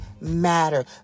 matter